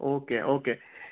okay okay